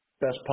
best